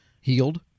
healed